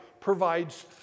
provides